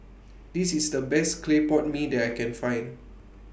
This IS The Best Clay Pot Mee that I Can Find